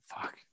fuck